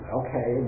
okay